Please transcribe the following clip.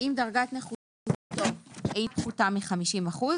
- אם דרגת נכותו אינה פחותה מ-50 אחוזים